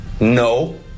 no